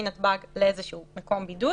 מנתב"ג לאיזשהו מקום בידוד,